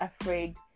afraid